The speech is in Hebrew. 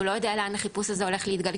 הוא לא יודע לאן החיפוש הזה הולך להתגלגל,